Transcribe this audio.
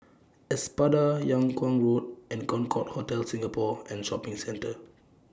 Espada Yung Kuang Road and Concorde Hotel Singapore and Shopping Centre